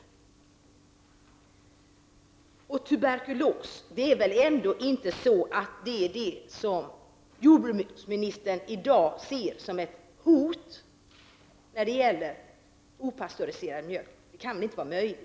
Vad gäller tuberkulosen kan det väl ändå inte vara möjligt att jordbruksministern i dag ser den som ett hot vid användning av opastöriserad mjölk.